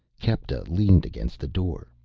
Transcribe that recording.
kepta leaned against the door,